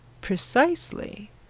Precisely